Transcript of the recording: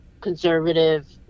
conservative